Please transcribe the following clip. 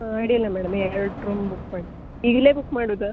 ಹಾಂ ಅಡ್ಡಿಲ್ಲ ಮೇಡಮ್ ಎರಡು ರೂಮ್ ಬುಕ್ ಮಾಡಿ ಈಗಲೇ ಬುಕ್ ಮಾಡೋದಾ